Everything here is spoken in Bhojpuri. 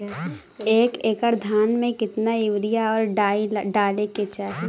एक एकड़ धान में कितना यूरिया और डाई डाले के चाही?